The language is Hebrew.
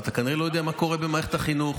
אבל אתה כנראה לא יודע מה קורה במערכת החינוך.